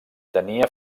tenia